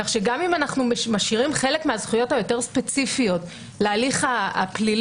כך שגם אם אנחנו משאירים חלק מהזכויות היותר ספציפיות להליך הפלילי,